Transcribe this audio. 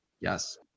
Yes